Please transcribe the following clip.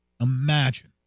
Imagine